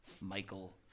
Michael